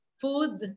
food